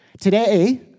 Today